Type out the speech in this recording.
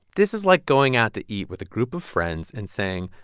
this is like going out to eat with a group of friends and saying,